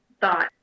thought